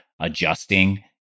adjusting